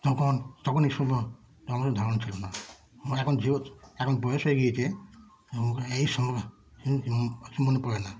তখন তখন এই সবগুলো তখন ধারণা ছিল না আমার এখন যেহেতু এখন বয়স হয়ে গিয়েছে এখন এই সম সম্বন্ধে পড়ে না